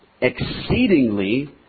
Exceedingly